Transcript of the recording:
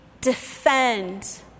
defend